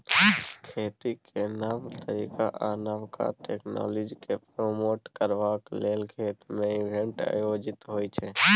खेतीक नब तरीका आ नबका टेक्नोलॉजीकेँ प्रमोट करबाक लेल खेत मे इवेंट आयोजित होइ छै